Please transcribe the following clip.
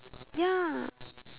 ya